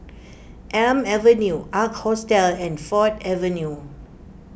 Elm Avenue Ark Hostel and Ford Avenue